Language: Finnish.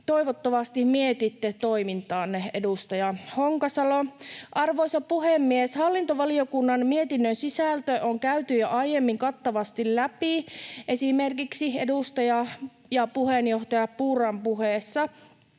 Toivottavasti mietitte toimintaanne, edustaja Honkasalo. Arvoisa puhemies! Hallintovaliokunnan mietinnön sisältö on käyty jo aiemmin kattavasti läpi esimerkiksi edustaja ja puheenjohtaja Purran puheessa.